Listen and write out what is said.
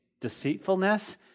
deceitfulness